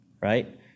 right